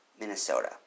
Minnesota